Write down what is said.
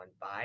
bye